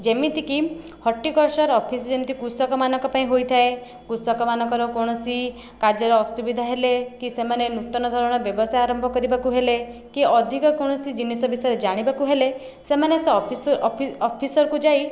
ଯେମିତି କି horticulture office ଯେମିତି କୃଷକମାନଙ୍କ ପାଇଁ ହୋଇଥାଏ କୃଷକମାନଙ୍କର କୌଣସି କାର୍ଯ୍ୟରେ ଅସୁବିଧା ହେଲେ କି ସେମାନେ ନୂତନ ଧରଣର ବ୍ୟବସାୟ ଆରମ୍ଭ କରିବାକୁ ହେଲେ କି ଅଧିକା କୌଣସି ଜିନିଷ ବିଷୟରେ ଜାଣିବାକୁ ହେଲେ ସେମାନେ ସେ ଅଫିସ୍ ଅଫିସରକୁ ଯାଇ